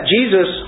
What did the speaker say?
Jesus